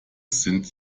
sind